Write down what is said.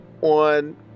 on